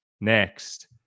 Next